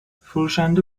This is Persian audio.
فروشنده